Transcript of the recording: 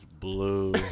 blue